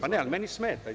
Pa, ne, ali meni smeta.